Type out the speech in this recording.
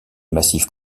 massifs